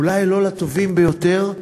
אולי לא לטובים ביותר,